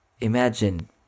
imagine